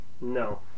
No